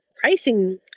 pricing